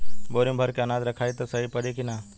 बोरी में भर के अनाज रखायी त सही परी की ना?